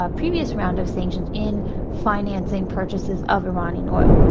ah previous round of sanctions in financing purchases of iranian oil.